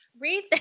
read